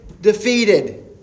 defeated